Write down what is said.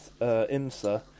IMSA